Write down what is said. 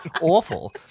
awful